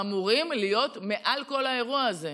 אמורים להיות מעל כל האירוע הזה.